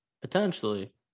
potentially